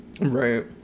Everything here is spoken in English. right